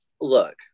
Look